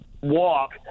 walk